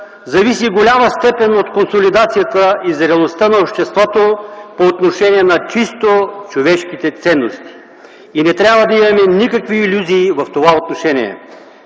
зависи в голяма степен от консолидацията и зрелостта на обществото по отношение на чисто човешките ценности. И не трябва да имаме никакви илюзии в това отношение!